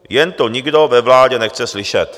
Jen to nikdo ve vládě nechce slyšet.